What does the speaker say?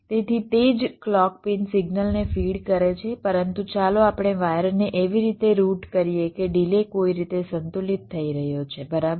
તેથી તે જ ક્લૉક પિન સિગ્નલને ફીડ કરે છે પરંતુ ચાલો આપણે વાયરને એવી રીતે રૂટ કરીએ કે ડિલે કોઈ રીતે સંતુલિત થઈ રહ્યો છે બરાબર